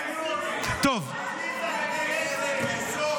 עליזה המגייסת.